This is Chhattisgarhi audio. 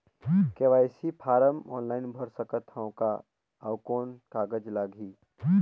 के.वाई.सी फारम ऑनलाइन भर सकत हवं का? अउ कौन कागज लगही?